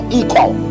equal